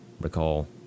recall